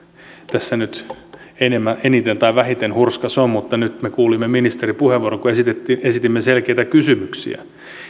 tässä nyt eniten tai vähiten hurskas on mutta nyt me kuulimme ministerin puheenvuoron kun esitimme selkeitä kysymyksiä